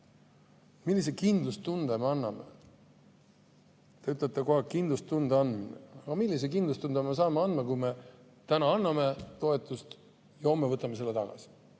Millise kindlustunde me anname? Te ütlete kogu aeg, et kindlustunde anname. Aga millise kindlustunde me saame anda, kui me täna anname toetust ja homme võtame selle tagasi? Minu